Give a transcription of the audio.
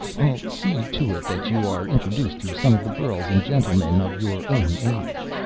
i'll see to it that you're introduced to some of the girls and gentlemen of your own age.